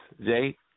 Jay